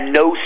no